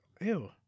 Ew